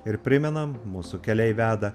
ir primenam mūsų keliai veda